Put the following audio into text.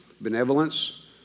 benevolence